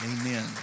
Amen